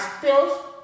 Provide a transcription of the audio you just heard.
pills